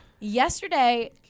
Yesterday